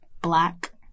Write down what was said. black